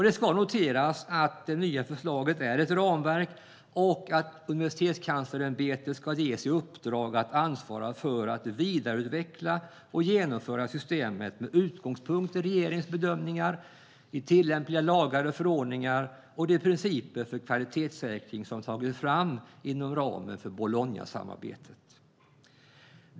Det ska noteras att det nya förslaget är ett ramverk och att Universitetskanslersämbetet ska ges i uppdrag att ansvara för att vidareutveckla och genomföra systemet med utgångspunkt i regeringens bedömningar, tillämpliga lagar och förordningar och de principer för kvalitetssäkring som har tagits fram inom ramen för Bolognasamarbetet.